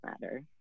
matter